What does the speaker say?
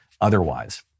otherwise